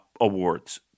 awards